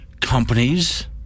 companies